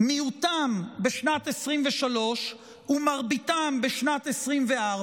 מיעוטם בשנת 2023 ומרביתם בשנת 2024,